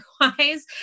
otherwise